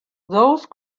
those